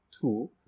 Two